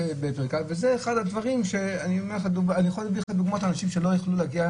אני יכול להביא לך דוגמאות של אנשים שלא יכולים להגיע.